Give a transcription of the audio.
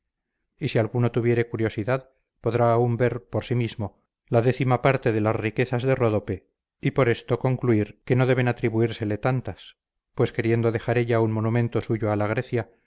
y si alguno tuviere curiosidad podrá aun ver por sí mismo la décima parte do las riquezas de ródope y por esto concluir que no deben atribuírsele tantas pues queriendo dejar ella un monumento suyo a la grecia